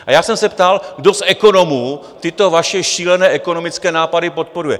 A já jsem se ptal, kdo z ekonomů tyto vaše šílené ekonomické nápady podporuje?